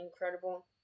incredible